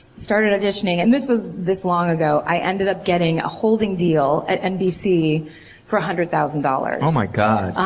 started auditioning. and this was this long ago. i ended up getting a holding deal at nbc for one hundred thousand dollars. oh my god.